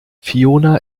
fiona